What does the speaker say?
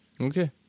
Okay